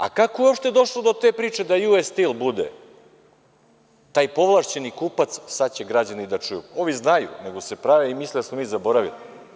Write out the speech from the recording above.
A kako je uopšte došlo do te priče da U.S. Steel bude taj povlašćeni kupac, sad će građani da čuju, ovi znaju, nego se prave i misle da smo mi zaboravili.